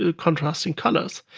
ah contrasting colors.